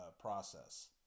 process